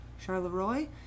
Charleroi